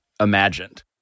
Imagined